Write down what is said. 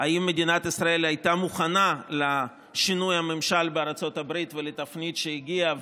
אם מדינת ישראל הייתה מוכנה לשינוי הממשל בארצות הברית ולתפנית שהגיעה,